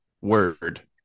word